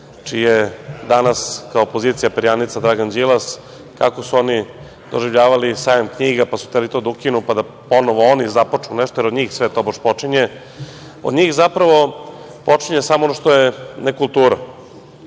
čije danas kao opozicija perjanica Dragan Đilas, kako su oni doživljavali Sajam knjiga, pa su hteli to da ukinu, pa da ponovo oni započnu nešto, jer od njih tobože sve počinje. Od njih zapravo počinje samo ono što je nekultura,